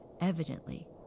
evidently